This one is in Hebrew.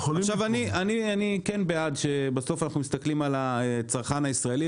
אני כן בעד שבסוף אנחנו מסתכלים על הצרכן הישראלי